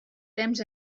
temps